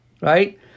right